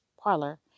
parlor